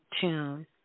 tune